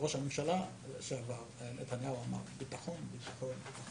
ראש הממשלה לשעבר נתניהו אמר: ביטחון, ביטחון